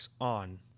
On